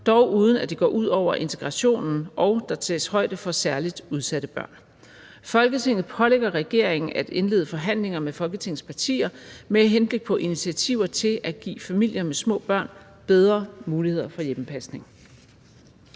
dog uden at det går ud over integrationen, og så der tages højde for særligt udsatte børn. Folketinget pålægger regeringen at indlede forhandlinger med Folketingets partier med henblik på initiativer til at give familier med små børn bedre muligheder for hjemmepasning.«